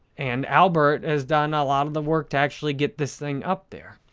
and albert has done a lot of the work to actually get this thing up there.